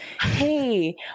hey